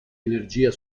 energia